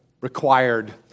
required